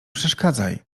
przeszkadzaj